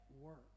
work